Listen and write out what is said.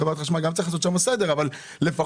גם בחברת חשמל צריך לעשות סדר אבל לפחות